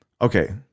Okay